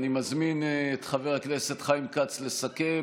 אני מזמין את חבר הכנסת חיים כץ לסכם.